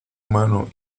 mano